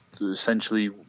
essentially